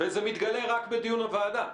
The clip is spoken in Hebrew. וזה מתגלה רק בדיון הוועדה.